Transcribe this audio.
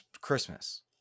Christmas